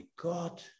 God